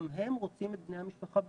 גם הם רוצים את בני המשפחה בפנים,